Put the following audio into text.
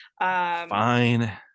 fine